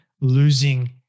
losing